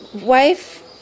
wife